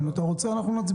אם אתה רוצה, אנחנו נצביע.